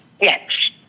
Yes